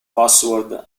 password